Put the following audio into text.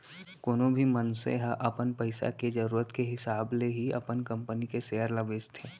कोनो भी मनसे ह अपन पइसा के जरूरत के हिसाब ले ही अपन कंपनी के सेयर ल बेचथे